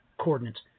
coordinates